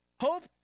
Hope